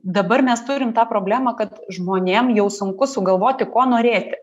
dabar mes turim tą problemą kad žmonėm jau sunku sugalvoti ko norėti